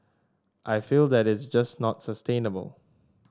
I feel that is just not sustainable